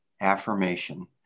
affirmation